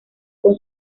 con